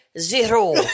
zero